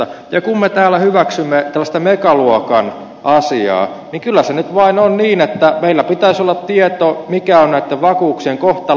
ja kun me täällä hyväksymme tällaista megaluokan asiaa niin kyllä se nyt vain on niin että meillä pitäisi olla tieto mikä on näitten vakuuksien kohtalo